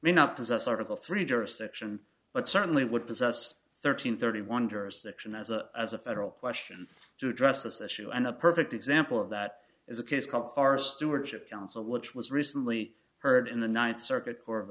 may not possess article three jurisdiction but certainly would possess thirteen thirty wonders the action as a as a federal question to address this issue and a perfect example of that is a case called far stewardship council which was recently heard in the ninth circuit court of